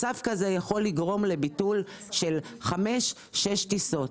מצב כזה יכול לגרום לביטול של חמש-שש טיסות,